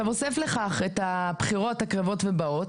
הוסף לכך את הבחירות הקרבות ובאות.